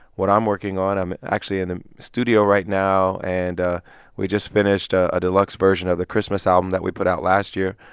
what i'm working on i'm actually in the studio right now. and ah we just finished a deluxe version of the christmas album that we put out last year.